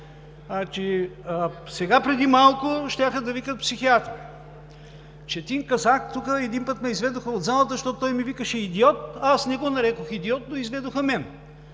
сега преди малко щяха да викат психиатър, Четин Казак – тук един път ме изведоха от залата, защото той ми викаше „идиот“, а аз не го нарекох „идиот“, но изведоха мен.